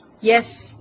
Yes